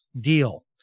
deal